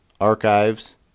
archives